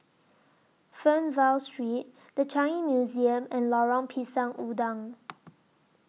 Fernvale Street The Changi Museum and Lorong Pisang Udang